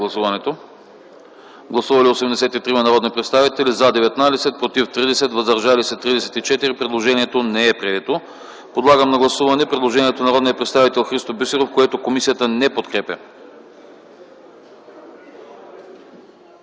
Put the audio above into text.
Гласували 83 народни представители: за 19, против 30, въздържали се 34. Предложението не е прието. Поставям на гласуване предложението на народния представител Христо Бисеров, което комисията не подкрепя.